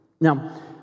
Now